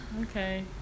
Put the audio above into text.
Okay